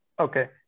Okay